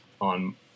on